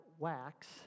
Wax